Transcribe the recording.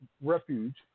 refuge